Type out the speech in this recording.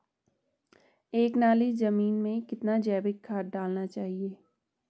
एक नाली जमीन में कितना जैविक खाद डालना चाहिए?